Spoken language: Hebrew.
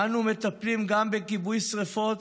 אנו מטפלים גם בכיבוי שרפות,